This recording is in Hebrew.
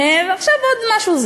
עכשיו, עוד משהו.